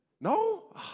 no